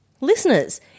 Listeners